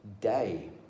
day